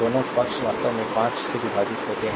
दोनों पक्ष वास्तव में 5 से विभाजित होते हैं